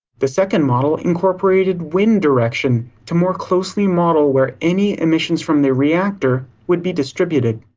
the second model incorporated wind direction to more closely model where any emissions from the reactor would be distributed.